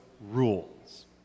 rules